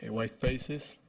and white spaces,